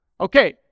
Okay